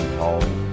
home